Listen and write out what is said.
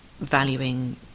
valuing